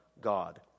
God